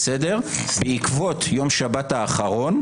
בעקבות השבת האחרונה,